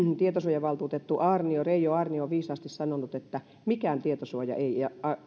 tietosuojavaltuutettu reijo aarnio viisaasti on sanonut että mikään tietosuoja ei